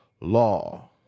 law